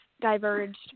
diverged